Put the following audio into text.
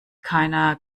keiner